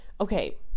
okay